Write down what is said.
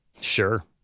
sure